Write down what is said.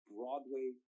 Broadway